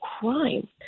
crime